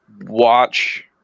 watch